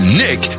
nick